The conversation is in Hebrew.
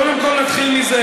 קודם כול נתחיל מזה.